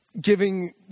giving